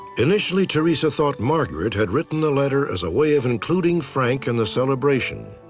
initially, teresa thought margaret had written the letter as a way of including frank in the celebration.